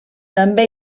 també